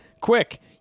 Quick